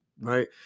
right